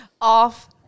off